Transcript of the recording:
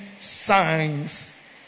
signs